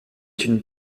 une